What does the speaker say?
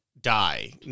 die